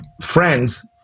friends